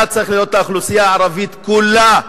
אתה צריך לראות את האוכלוסייה הערבית כולה,